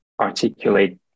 articulate